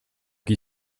qui